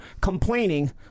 complaining